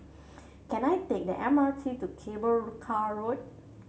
can I take the M R T to Cable Car Road